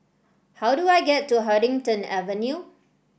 how do I get to Huddington Avenue